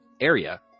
area